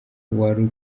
bari